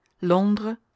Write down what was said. londres